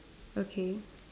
okay